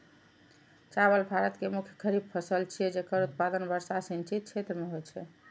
चावल भारत के मुख्य खरीफ फसल छियै, जेकर उत्पादन वर्षा सिंचित क्षेत्र मे होइ छै